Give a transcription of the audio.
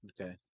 okay